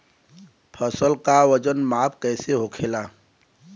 फसल का वजन माप कैसे होखेला?